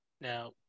Now